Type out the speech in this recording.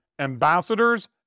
ambassadors